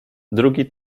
drugi